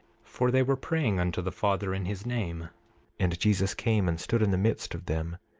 for they were praying unto the father in his name and jesus came and stood in the midst of them,